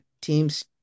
teams